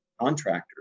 contractors